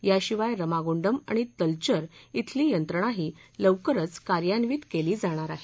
याशिवाय रमा गुंडम आणि तलचर िब्रिली यंत्रणाही लवकरच कार्यान्वित केली जाणार आहेत